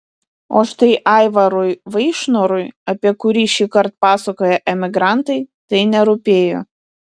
o štai aivarui vaišnorui apie kurį šįkart pasakoja emigrantai tai nerūpėjo